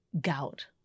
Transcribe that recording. gout